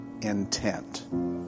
intent